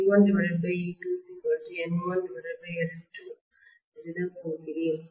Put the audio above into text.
எனவே நான் e1e2N1N2 எழுதப் போகிறேன்